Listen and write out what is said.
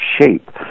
shape